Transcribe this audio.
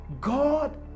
god